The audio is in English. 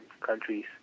countries